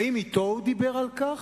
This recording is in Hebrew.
האם אתו הוא דיבר על כך?